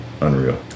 unreal